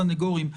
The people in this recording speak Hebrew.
סנגורים,